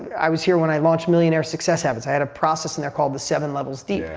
i was here when i launched millionaire success habits. i had a process in there called the seven levels deep.